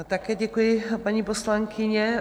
Také děkuji, paní poslankyně.